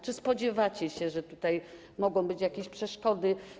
Czy spodziewacie się, że tutaj mogą być jakieś przeszkody?